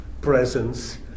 presence